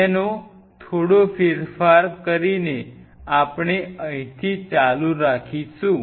જેનો થોડો ફેરફાર કરીને આપણે અહીંથી ચાલુ રાખીશું